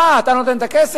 אה, אתה נותן את הכסף?